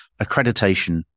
accreditation